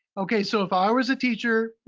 okay, so if i was a teacher,